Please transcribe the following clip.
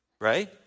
right